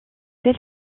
celle